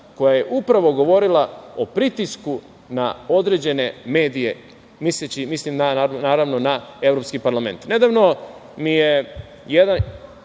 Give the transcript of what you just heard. koja je upravo govorila o pritisku na određene medije. Mislim naravno na Evropski parlament. Nedavno